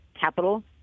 capital